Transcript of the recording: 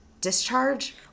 discharge